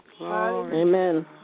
Amen